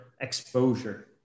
exposure